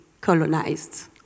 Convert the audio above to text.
colonized